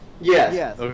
Yes